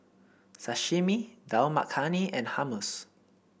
Sashimi Dal Makhani and Hummus